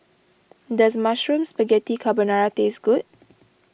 does Mushroom Spaghetti Carbonara taste good